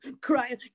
crying